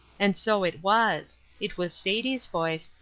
and so it was it was sadie's voice,